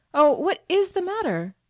oh, what is the matter?